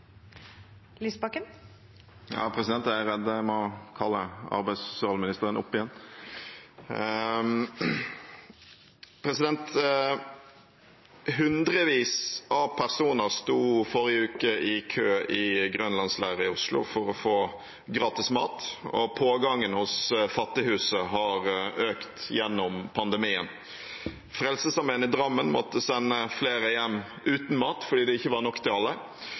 personer sto forrige uke i kø i Grønlandsleiret i Oslo for å få gratis mat. Pågangen hos Fattighuset har økt gjennom pandemien. Frelsesarmeen i Drammen måtte sende flere hjem uten mat fordi det ikke var nok til alle.